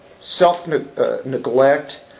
Self-neglect